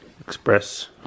express